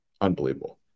unbelievable